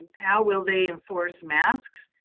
how will they enforce masks?